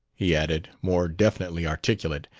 he added, more definitely articulate,